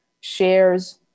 shares